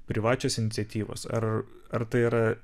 privačios iniciatyvos ar ar tai yra